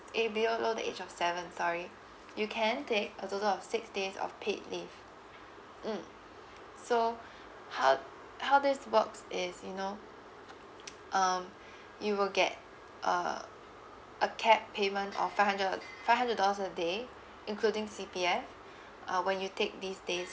eh~ below the age of seven sorry you can take a total of six days of paid leave mm so how how this works is you know um you will get a a cap payment of five hundred five hundred dollars a day including C_P_F uh when you take these days